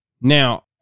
Now